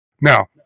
Now